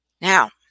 Now